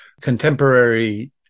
contemporary